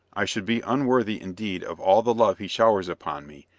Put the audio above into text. i should be unworthy indeed of all the love he showers upon me,